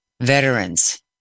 veterans